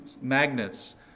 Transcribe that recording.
magnets